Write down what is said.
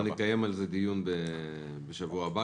אנחנו נקיים על זה דיון כבר בשבוע הבא